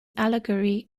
allegory